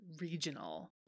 regional